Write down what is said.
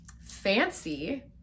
fancy